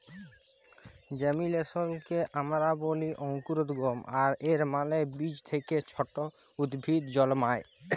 জেমিলেসলকে আমরা ব্যলি অংকুরোদগম আর এর মালে বীজ থ্যাকে ছট উদ্ভিদ জলমাল